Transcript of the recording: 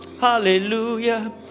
Hallelujah